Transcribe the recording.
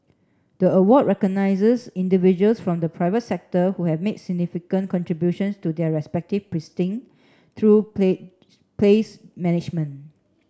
the award recognises individuals from the private sector who have made significant contributions to their respective through place management